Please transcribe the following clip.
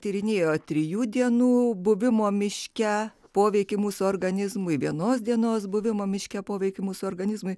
tyrinėjo trijų dienų buvimo miške poveikį mūsų organizmui vienos dienos buvimo miške poveikį mūsų organizmui